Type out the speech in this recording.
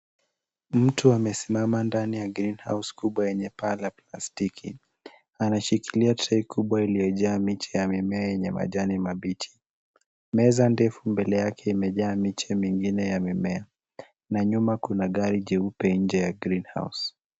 Mtu amesimama ndani ya green house kubwa yenye paa la plastiki. Anashikilia trei kubwa iliyojaa miche ya mimea yenye majani mabichi. Meza ndefu mbele yake imejaa miche mingine ya mimea na nyuma kuna gari jeupe nje ya green house .